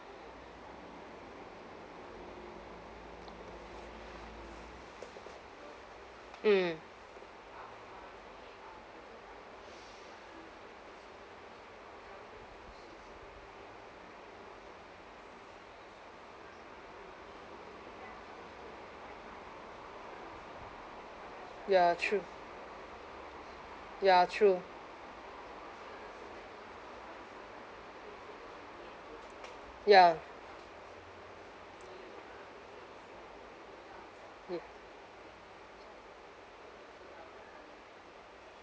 mm ya true ya true ya